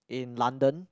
in London